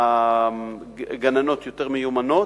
והגננות יותר מיומנות,